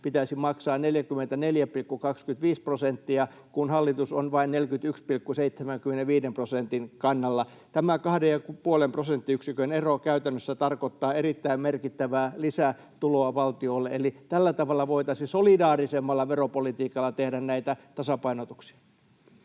pitäisi maksaa 44,25 prosenttia, kun hallitus on vain 41,75 prosentin kannalla. Tämä kahden ja puolen prosenttiyksikön ero käytännössä tarkoittaa erittäin merkittävää lisätuloa valtiolle. Eli tällä tavalla voitaisiin solidaarisemmalla veropolitiikalla tehdä näitä tasapainotuksia.